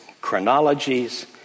chronologies